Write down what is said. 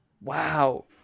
wow